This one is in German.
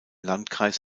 landkreis